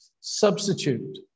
substitute